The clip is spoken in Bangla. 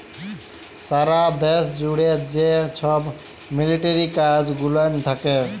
সারা দ্যাশ জ্যুড়ে যে ছব মিলিটারি কাজ গুলান থ্যাকে